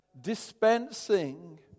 dispensing